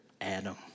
Adam